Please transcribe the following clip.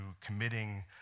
committing